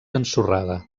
ensorrada